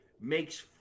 makes